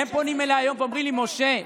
הם פונים אליי היום ואומרים לי: משה,